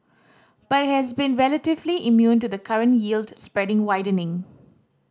but it has been relatively immune to the current yield spread widening